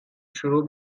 شروع